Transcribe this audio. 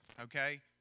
Okay